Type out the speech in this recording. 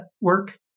work